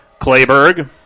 Clayberg